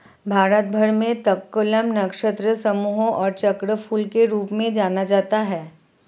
भारत भर में तककोलम, नक्षत्र सोमपू और चक्रफूल के रूप में जाना जाता है